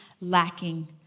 lacking